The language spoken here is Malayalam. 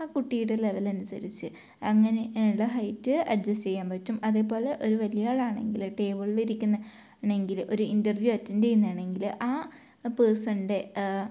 ആ കുട്ടിയുടെ ലെവലനുസരിച്ച് അങ്ങനെയുള്ള ഹൈറ്റ് അഡ്ജസ്റ്റ് ചെയ്യാൻ പറ്റും അതേപോലെ ഒരു വലിയ ആള് ആണെങ്കിലും ടേബിളിൽ ഇരിക്കുന്നതാണെങ്കിലും ഒരു ഇൻ്റർവ്യൂ അറ്റൻഡ് ചെയ്യുന്നതാണെങ്കിൽ ആ പേഴ്സണിന്റെ